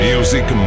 Music